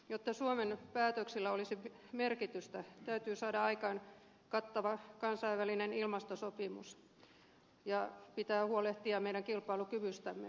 jotta suomen päätöksillä olisi merkitystä täytyy saada aikaan kattava kansainvälinen ilmastosopimus ja pitää huolehtia meidän kilpailukyvystämme